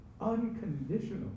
unconditional